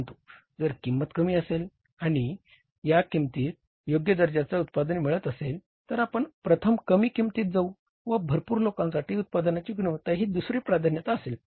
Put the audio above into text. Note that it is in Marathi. परंतु जर किंमत कमी असेल आणि व या किंमतीत योग्य दर्जाचे उत्पादन मिळत असेल तर आपण प्रथम कमी किंमतीला जाऊ व भरपूर लोकांसाठी उत्पादनांची गुणवत्ता ही दुसरी प्राधन्यता असेल